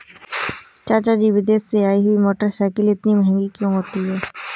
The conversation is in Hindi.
चाचा जी विदेश से आई हुई मोटरसाइकिल इतनी महंगी क्यों होती है?